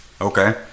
Okay